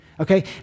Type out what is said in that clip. Okay